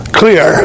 clear